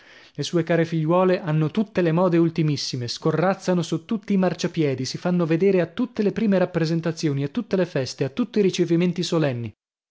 le sue care figliuole hanno tutte le mode ultimissime scorrazzano su tutti i marciapiedi si fanno vedere a tutte le prime rappresentazioni a tutte le feste a tutti i ricevimenti solenni